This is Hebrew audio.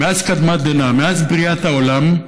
מקדמת דנן, מאז בריאת העולם,